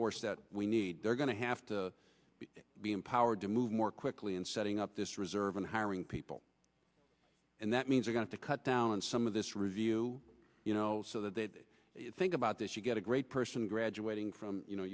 force that we need they're going to have to be empowered to move more quickly and setting up this reserve and hiring people and that means we're going to cut down on some of this review you know so that they think about this you get a great i'm graduating from you know